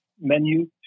menu